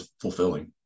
fulfilling